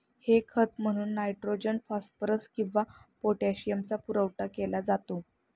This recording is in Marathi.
हे खत म्हणून नायट्रोजन, फॉस्फरस किंवा पोटॅशियमचा पुरवठा केला जातो